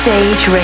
Stage